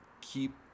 keep